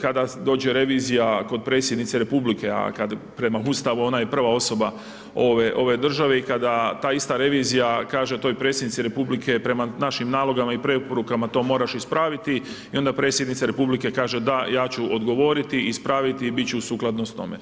kada dođe revizija kod predsjednice Republike, a prema Ustavu ona je prva osoba ove države i kada ta ista revizija kaže toj predsjednici Republike, prema našim nalogama i preporukama to moraš ispraviti i onda Predsjednica Republike, kaže da, ja ću odgovoriti i ispraviti i biti ću u sukladnost s tome.